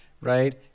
Right